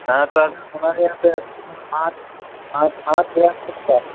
ہاں تو آپ ہمارے یہاں سے پانچ پانچ پانچ ہزار تک کا